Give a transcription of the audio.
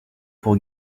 pour